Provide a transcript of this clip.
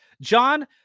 John